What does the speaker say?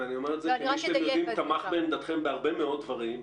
ואני אומר את זה כמי שאתם יודעים תמך בעמדתכם בהרבה מאוד דברים,